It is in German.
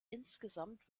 insgesamt